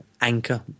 anchor